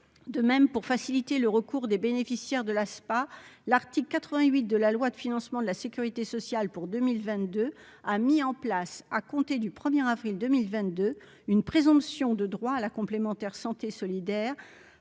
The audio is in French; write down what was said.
de même pour faciliter le recours des bénéficiaires de l'ASPA, l'article 88 de la loi de financement de la Sécurité sociale pour 2022, a mis en place à compter du premier avril 2022 une présomption de droit à la complémentaire santé solidaire